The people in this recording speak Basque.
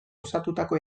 osatutako